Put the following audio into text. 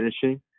finishing